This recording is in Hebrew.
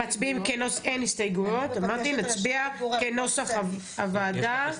אין הסתייגות, נצביע כנוסח הוועדה.